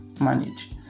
manage